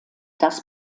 das